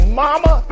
mama